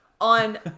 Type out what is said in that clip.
on